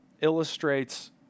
illustrates